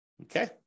Okay